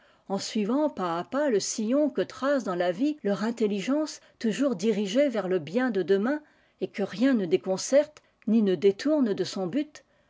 en suivant pas à pas le sillon que trace dans la vie leur intelligence toujours dirigée vers le bien de demain et que rien ne déconcerte ni ne détourne de son but